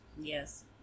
Yes